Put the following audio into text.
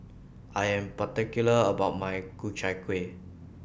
I Am particular about My Ku Chai Kuih